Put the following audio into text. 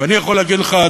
ואני יכול להגיד לך,